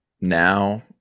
Now